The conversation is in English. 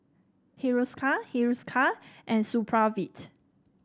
Hiruscar Hiruscar and Supravit